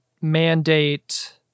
mandate